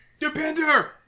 Depender